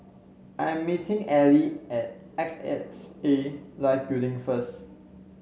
I'm meeting Ally at Life Building first